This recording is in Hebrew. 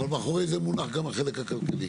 אבל מאחורי זה מונח גם החלק הכלכלי.